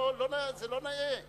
זה לא נאה.